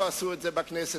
חבל.